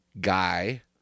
guy